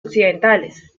occidentales